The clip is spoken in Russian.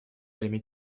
время